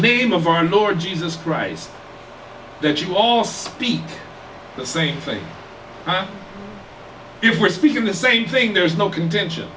name of our lord jesus christ that you all speak the same thing that you're speaking the same thing there's no contention